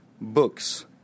books